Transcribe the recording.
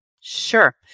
Sure